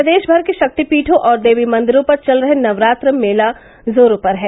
प्रदेश भर के शक्तिपीठों और देवी मंदिरों पर चल रहे नवरात्र मेला जोरों पर है